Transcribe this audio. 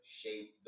shape